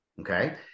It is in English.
Okay